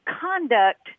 conduct